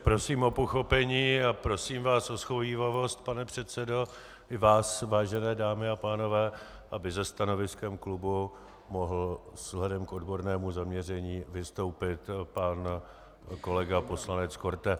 Prosím o pochopení a prosím vás o shovívavost, pane předsedo, i vás, vážené dámy a pánové, aby se stanoviskem klubu mohl vzhledem k odbornému zaměření vystoupit pan kolega poslanec Korte.